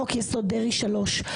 חוק יסוד דרעי 3,